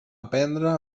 aprendre